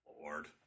Lord